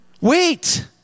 wait